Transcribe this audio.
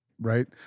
right